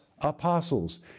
apostles